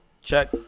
Check